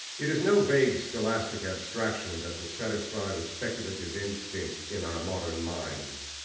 it is no vague scholastic abstraction that will satisfy the speculative instinct in our modern minds.